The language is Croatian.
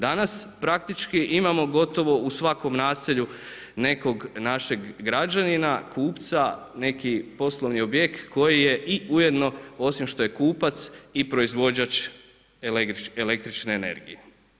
Danas praktički imamo gotovo u svakom naselju nekog našeg građanina, kupca, neki poslovni objekt koji je i u jedno osim što je kupac i proizvođač električne energije.